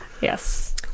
Yes